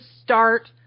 start